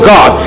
God